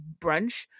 brunch